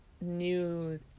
new